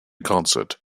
concert